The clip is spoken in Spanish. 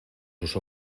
sus